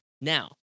Now